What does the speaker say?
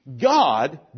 God